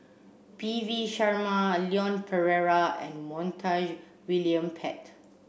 P V Sharma Leon Perera and Montague William Pett